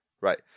Right